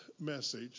message